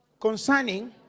concerning